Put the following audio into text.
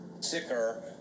Sicker